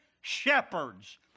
shepherds